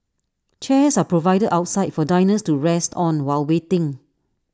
chairs are provided outside for diners to rest on while waiting